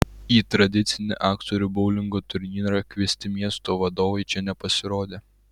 į tradicinį aktorių boulingo turnyrą kviesti miesto vadovai čia nepasirodė